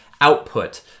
output